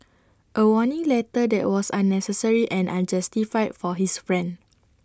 A warning letter that was unnecessary and unjustified for his friend